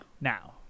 now